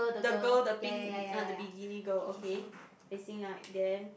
the girl the pink bi~ the bikini girl okay facing like then